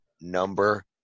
number